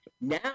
Now